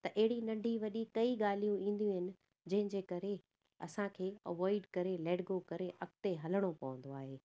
त अहिड़ी नंढी वॾी कई ॻाल्हियूं ईंदियूं आहिनि जंहिंजे करे असांखे अवॉइड करे लेट गो करे अॻिते हलणो पवंदो आहे